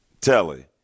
Telly